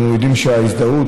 אנחנו יודעים שההזדהות,